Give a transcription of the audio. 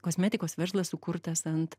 kosmetikos verslas sukurtas ant